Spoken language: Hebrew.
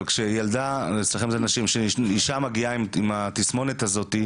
אבל כשאישה מגיעה עם התסמונת הזאת,